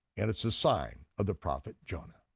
and it's the sign of the prophet jonah.